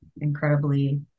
incredibly